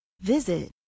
Visit